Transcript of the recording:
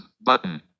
button